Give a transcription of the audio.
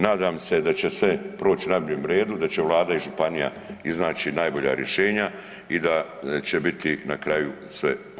Nadam se da će sve proći u najboljem redu, da će vlada i županija iznaći najbolja rješenja i da će biti na kraju sve oke.